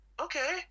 Okay